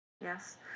Yes